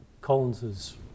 collins's